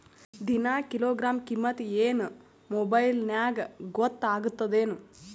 ದಿನಾ ಕಿಲೋಗ್ರಾಂ ಕಿಮ್ಮತ್ ಏನ್ ಮೊಬೈಲ್ ನ್ಯಾಗ ಗೊತ್ತಾಗತ್ತದೇನು?